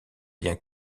bien